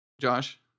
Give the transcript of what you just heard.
Josh